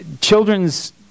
children's